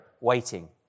waiting